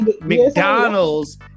McDonald's